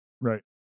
Right